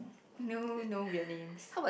no no weird names